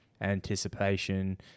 anticipation